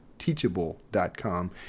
teachable.com